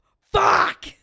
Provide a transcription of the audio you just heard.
Fuck